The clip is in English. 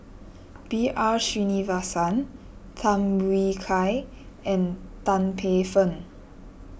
B R Sreenivasan Tham Yui Kai and Tan Paey Fern